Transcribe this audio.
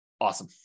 Awesome